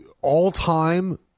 all-time